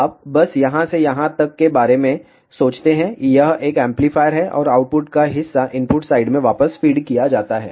आप बस यहां से यहां तक के बारे में सोचते हैं यह एक एम्पलीफायर है और आउटपुट का हिस्सा इनपुट साइड में वापस फीड किया जाता है